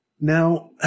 Now